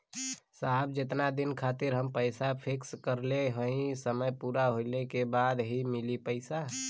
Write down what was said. साहब जेतना दिन खातिर हम पैसा फिक्स करले हई समय पूरा भइले के बाद ही मिली पैसा?